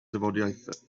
dafodiaith